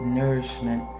nourishment